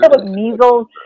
Measles